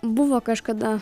buvo kažkada